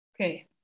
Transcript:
okay